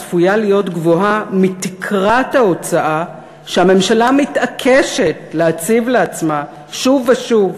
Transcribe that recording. צפויה להיות גבוהה מתקרת ההוצאה שהממשלה מתעקשת להציב לעצמה שוב ושוב,